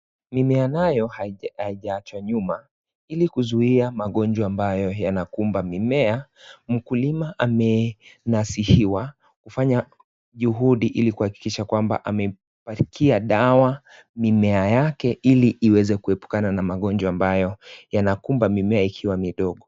Mimea nayo haijaachwa nyuma. Ili kuzuia magonjwa ambayo yanakumba mimea, mkulima amenasihiwa kufanya juhudi ili kuhakikisha kwamba amepakia dawa mimea yake ili iweze kuepukana na magonjwa ambayo yanakumba mimea ikiwa ndogo.